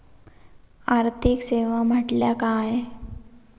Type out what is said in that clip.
आर्थिक सेवा म्हटल्या काय?